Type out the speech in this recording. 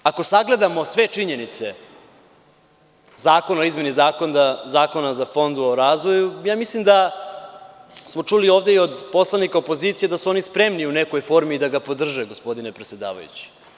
Ako sagledamo sve činjenice, Zakon o izmeni Zakona o Fondu za razvoj, mislim da smo čuli ovde i od poslanika opozicije da su oni spremni u nekoj formi da ga podrže, gospodine predsedavajući.